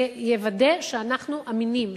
זה יוודא שאנחנו אמינים,